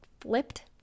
flipped